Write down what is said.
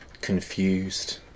confused